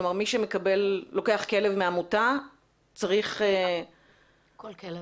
כלומר מי שלוקח כלב מעמותה צריך- -- נכון.